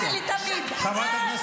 אז תצאי, בבקשה.